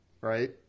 right